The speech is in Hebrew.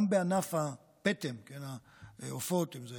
גם בענף הפטם, העופות, אם זה